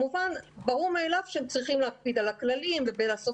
ברור מאליו שהם צריכים להקפיד על הכללים ולעשות